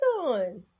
on